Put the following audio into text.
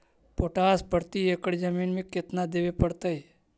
Potash प्रति एकड़ जमीन में केतना देबे पड़तै?